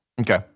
Okay